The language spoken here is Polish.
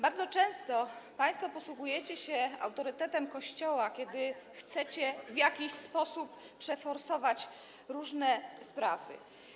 Bardzo często państwo posługujecie się autorytetem Kościoła, kiedy chcecie w jakiś sposób przeforsować różne sprawy.